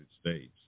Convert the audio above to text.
States